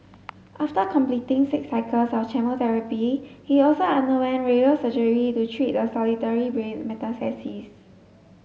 after completing six cycles of chemotherapy he also underwent radio surgery to treat the solitary brain metastasis